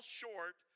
short